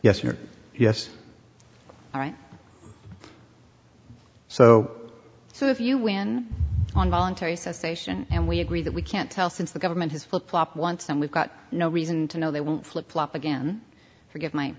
you're yes all right so so if you win on voluntary cessation and we agree that we can't tell since the government has flip flopped once and we've got no reason to know they won't flip flop again forg